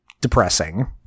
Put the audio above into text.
depressing